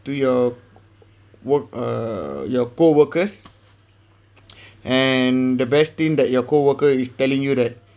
to your work err your poor workers and the best thing that your coworker is telling you that